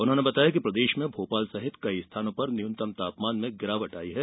उन्होंने बताया कि प्रदेश में भोपाल सहित कई स्थानों पर न्यूनतम तापमान में गिरावेट आयी है